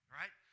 right